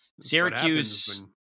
Syracuse